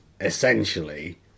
essentially